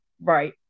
right